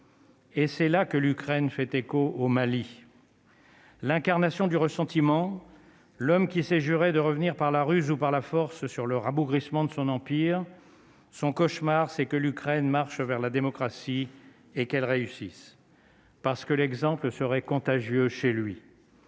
Et c'est là que l'Ukraine fait écho au Mali. L'incarnation du ressentiment, l'homme qui s'est juré de revenir par la ruse ou par la force sur le rabougrissement de son empire son cauchemar, c'est que l'Ukraine marche vers la démocratie et qu'elle réussisse. Parce que l'exemple serait contagieux chez lui.